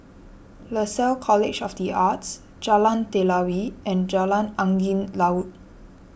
Lasalle College of the Arts Jalan Telawi and Jalan Angin Laut